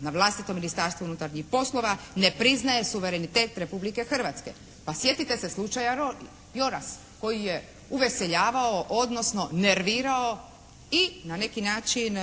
navlastito Ministarstvu unutarnjih poslova ne priznaje suverenitet Republike Hrvatske. Pa sjetite se slučaja Joras koji je uveseljavao odnosno nervirao i na neki način